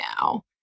now